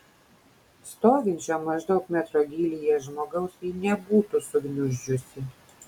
stovinčio maždaug metro gylyje žmogaus ji nebūtų sugniuždžiusi